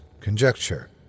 conjecture